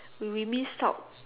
we we missed out